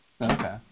Okay